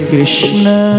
Krishna